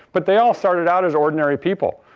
but they all started out as ordinary people.